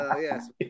yes